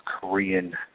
Korean